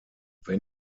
wenn